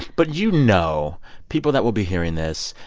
but you know people that will be hearing this,